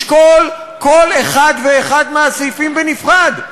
לשקול כל אחד ואחד מהסעיפים בנפרד,